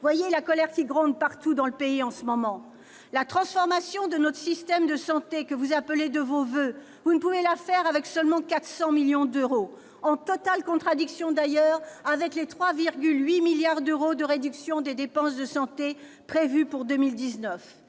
Entendez la colère qui gronde un peu partout dans le pays en ce moment ... La transformation de notre système de santé que vous appelez de vos voeux, vous ne pouvez pas y procéder avec seulement 400 millions d'euros. C'est en totale contradiction, d'ailleurs, avec les 3,8 milliards d'euros de réduction des dépenses de santé prévus pour 2019.